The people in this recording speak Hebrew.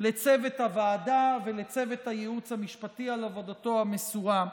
לצוות הוועדה ולצוות הייעוץ המשפטי על עבודתם המסורה.